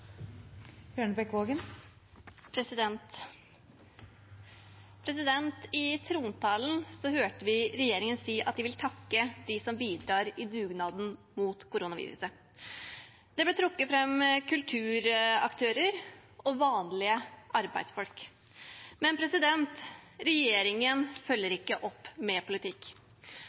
I trontalen hørte vi regjeringen si at de vil takke dem som bidrar i dugnaden mot koronaviruset. Det ble trukket fram kulturaktører og vanlige arbeidsfolk. Men regjeringen følger ikke opp med politikk.